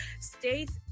states